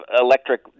electric